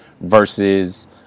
versus